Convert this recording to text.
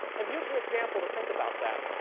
and here's an example to think about that.